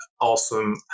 awesome